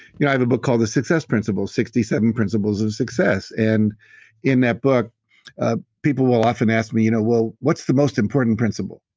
yeah i have a book called the success principles, sixty seven principles of success. and in that book ah people will often ask me, you know well, what's the most important principle?